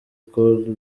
col